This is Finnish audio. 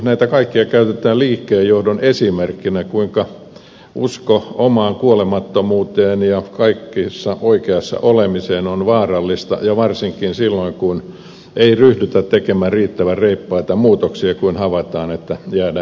näitä kaikkia käytetään liikkeenjohdon esimerkkinä kuinka usko omaan kuolemattomuuteen ja kaikessa oikeassa olemiseen on vaarallista ja varsinkin silloin kun ei ryhdytä tekemään riittävän reippaita muutoksia kun havaitaan että jäädään jälkeen